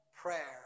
prayer